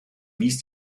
wies